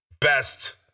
Best